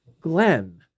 Glenn